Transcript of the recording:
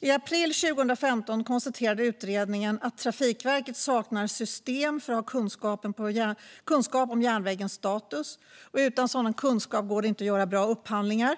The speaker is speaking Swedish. I april 2015 konstaterade utredningen att Trafikverket saknar system för att ha kunskap om järnvägens status. Utan sådan kunskap går det inte att göra bra upphandlingar.